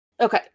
Okay